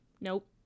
Nope